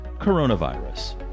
coronavirus